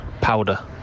Powder